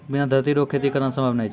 बिना धरती रो खेती करना संभव नै छै